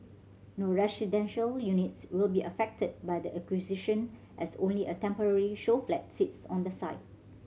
no residential units will be affected by the acquisition as only a temporary show flat sits on the site